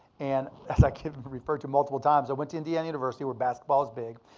and as i kid, referred to multiple times, i went to indiana university, where basketball is big.